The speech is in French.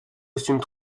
costumes